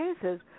cases